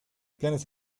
planes